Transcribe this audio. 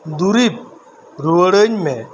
ᱫᱩᱨᱤᱵᱽ ᱨᱩᱣᱟᱹᱲᱟᱹᱧ ᱢᱮ